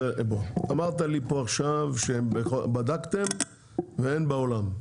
אמרת לי פה עכשיו שבדקתם ואין בעולם.